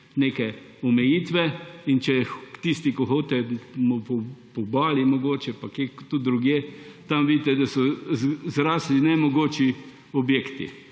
neke omejitve. In če tisti, ko hodite po obali mogoče, pa kje tudi drugje, tam vidite, da so zrastli nemogoči objekti.